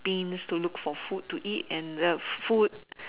bins to look for food to eat and the food